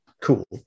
cool